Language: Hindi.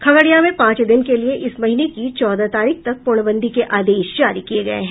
खगड़िया में पांच दिन के लिए इस महीने की चौदह तारीख तक पूर्णबंदी के आदेश जारी किए गए हैं